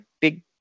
big